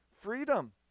freedom